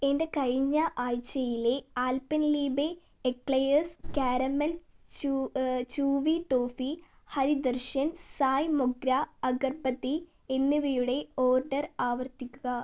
എന്റെ കഴിഞ്ഞ ആഴ്ചയിലെ Alpenliebe eclairs caramel chewy toffee Hari Darshan Sai Mogra agarbatti എന്നിവയുടെ ഓർഡർ ആവർത്തിക്കുക